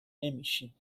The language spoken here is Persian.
نمیشیم